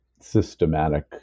systematic